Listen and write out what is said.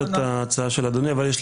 והצעת החוק הזו